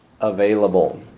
available